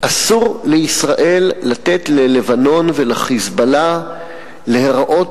אסור לישראל לתת ללבנון ול"חיזבאללה" להיראות